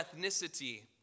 ethnicity